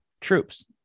troops